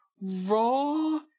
raw